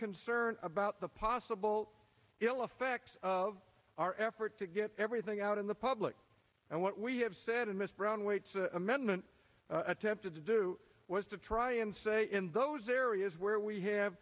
concern about the possible ill effects of our effort to get everything out in the pub and what we have said and miss browne waits amendment attempted to do was to try and say in those areas where we have